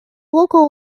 local